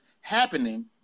happening